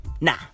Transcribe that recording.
Nah